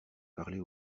parler